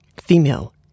female